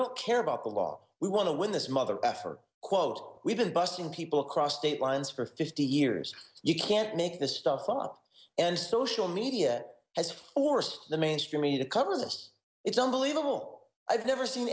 don't care about the law we want to win this mother f or quote we've been busting people across state lines for fifty years you can't make this stuff up and social media has orse the mainstream media covers us it's unbelievable i've never seen